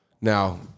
now